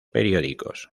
periódicos